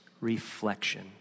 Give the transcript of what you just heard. reflection